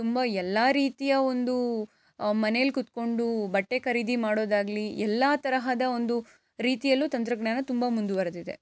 ತುಂಬಾ ಎಲ್ಲಾ ರೀತಿಯ ಒಂದು ಮನೇಲಿ ಕೂತ್ಕೊಂಡು ಬಟ್ಟೆ ಖರೀದಿ ಮಾಡೋದಾಗಲಿ ಎಲ್ಲಾ ತರಹದ ಒಂದು ರೀತಿಯಲ್ಲೂ ತಂತ್ರಜ್ಞಾನ ತುಂಬಾ ಮುಂದುವರೆದಿದೆ